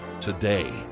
today